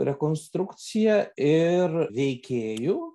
rekonstrukciją ir veikėjų